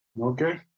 Okay